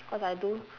cause I do